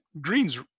Green's